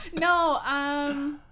No